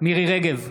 מירי מרים רגב,